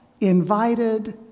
invited